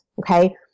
Okay